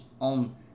on